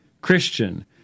Christian